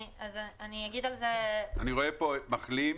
אני רואה פה מחלים,